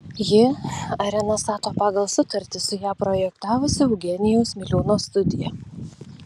ji areną stato pagal sutartį su ją projektavusia eugenijaus miliūno studija